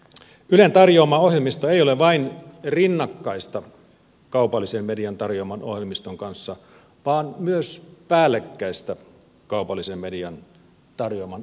ylen tarjoama ohjelmisto ei ole vain rinnakkaista kaupallisen median tarjoaman ohjelmiston kanssa vaan myös päällekkäistä kaupallisen median tarjoaman ohjelmiston kanssa